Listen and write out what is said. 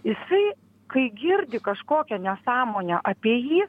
jisai kai girdži kažkokią nesąmonę apie jį